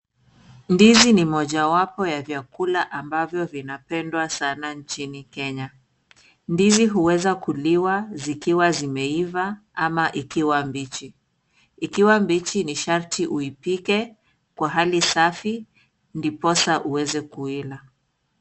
Ndizi ni moja wapo ya vyakula ambavyo vinapendwa sana nchini Kenya. Ndizi huweza kuliwa zikiwa zimeiva ama zikiwa mbichi. Ikiwa mbichi ni sharti uipike kwa hali safi ndiposa uweze kuila.